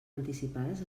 anticipades